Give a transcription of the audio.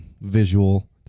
visual